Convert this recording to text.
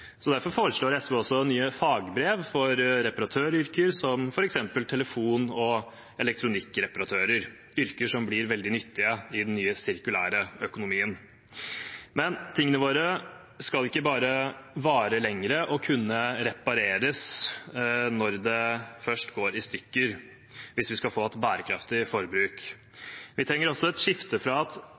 Derfor foreslår SV også nye fagbrev for reparatøryrker, som f.eks. telefon- og elektronikkreparatører – yrker som blir veldig nyttige i den nye sirkulære økonomien. Men tingene våre skal ikke bare vare lenger og kunne repareres når de først går i stykker hvis vi skal få et bærekraftig forbruk. Vi trenger også et skifte fra at